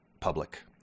public